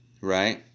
right